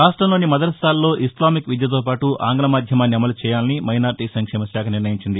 రాష్ట్రంలోని మదర్సాలలో ఇస్లామిక్ విద్యతోపాటు ఆంగ్ల మాధ్యమాన్ని అమలు చేయాలని మైనార్టీ సంక్షేమ శాఖ నిర్ణయించింది